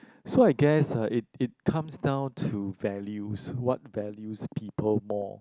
so I guess uh it it comes down to values what values people more